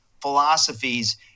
philosophies